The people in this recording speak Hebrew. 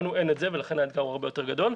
לנו אין את זה ולכן האתגר הוא הרבה יותר גדול.